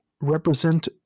represent